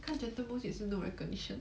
cause you to boost 也是 no recognition